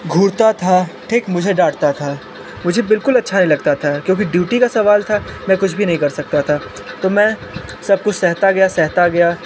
घूरता था ठीक मुझे डांटता था मुझे बिल्कुल अच्छा नहीं लगता था क्योंकि ड्यूटी का सवाल था मैं कुछ भी नहीं कर सकता था तो मैं सब कुछ सहता गया सहता गया